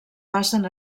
passen